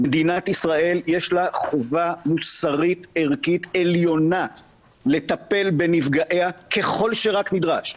למדינת ישראל יש חובה מוסרית ערכית עליונה לטפל בנפגעיה ככל שרק נדרש.